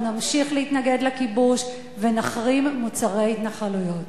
אנחנו נמשיך להתנגד לכיבוש ונחרים מוצרי התנחלויות.